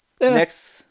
Next